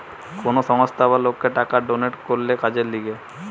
কোন সংস্থা বা লোককে টাকা ডোনেট করলে কাজের লিগে